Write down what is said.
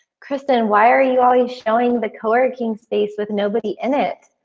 kristin why are you always showing the co-working space with nobody in it?